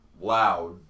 loud